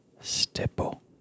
stipple